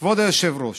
כבוד היושב-ראש,